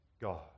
God